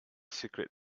secret